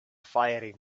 firing